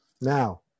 Now